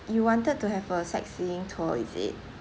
you wanted to have a sightseeing tour is it